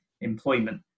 employment